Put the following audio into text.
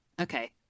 Okay